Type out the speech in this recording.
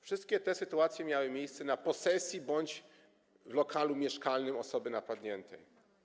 Wszystkie te sytuacje miały miejsce na posesji bądź w lokalu mieszkalnym osoby napadniętej.